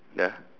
dah